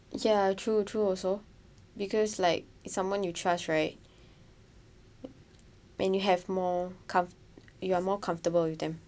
ya true true also because like it's someone you trust right when you have more com~ you are more comfortable with them